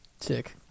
Sick